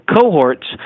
cohorts